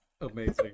amazing